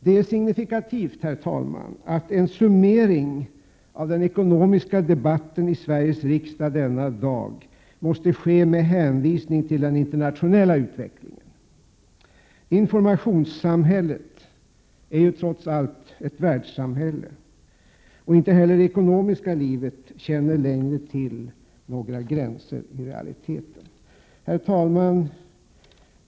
Det är signifikativt att en summering av den ekonomiska debatten i Sveriges riksdag denna dag måste ske med hänvisning till den internationella utvecklingen. Informationssamhället är trots allt ett världssamhälle, och inte heller det ekonomiska livet känner längre till några gränser i realiteten. Herr talman!